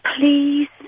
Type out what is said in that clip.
Please